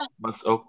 mas